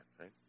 right